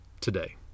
today